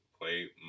play